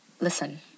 listen